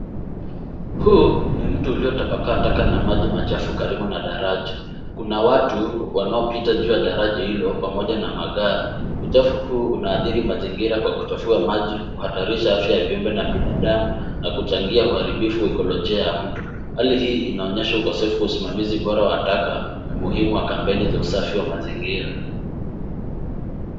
Huu ni mto uliotapakaa taka na maji machafu karibu na daraja. Kuna watu wanaopita juu ya daraja hilo pamoja na magari. Uchafu huu unaadhiri mazingira kwa kuchafua maji kuhatarisha afya ya viumbe na binadamu na kuchangia uharibifu wa ekolojia ya mto. Hali hii inaonesha ukosefu wa usimamizi bora wa taka na umuhimu wa kampeni za usafi wa mazingira.